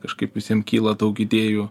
kažkaip visiem kyla daug idėjų